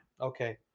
Okay